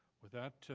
with that,